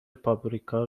پاپریکا